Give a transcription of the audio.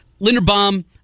Linderbaum